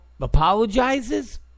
apologizes